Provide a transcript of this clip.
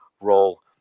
role